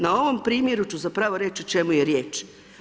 Na ovom primjeru ću zapravo reći o čemu je riječ.